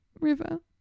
River